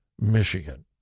Michigan